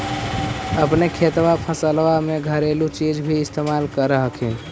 अपने खेतबा फसल्बा मे घरेलू चीज भी इस्तेमल कर हखिन?